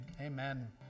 Amen